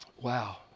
Wow